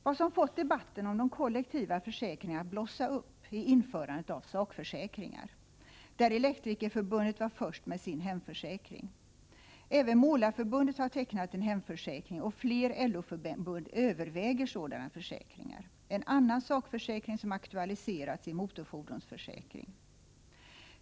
Vad som fått debatten om de kollektiva försäkringarna att blossa upp är införandet av sakförsäkringar, där Elektrikerförbundet var först med sin hemförsäkring. Även Målareförbundet har tecknat en hemförsäkring, och fler LO-förbund överväger sådana försäkringar. En annan sakförsäkring som aktualiserats är motorfordonsförsäkring.